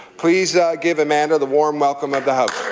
please give amanda the warm welcome of the house.